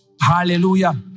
Hallelujah